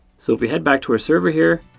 so if we head back to our server here,